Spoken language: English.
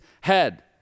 head